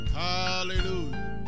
hallelujah